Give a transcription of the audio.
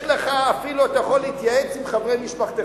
יש לך, אפילו אתה יכול להתייעץ עם חברי משפחתך.